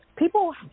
People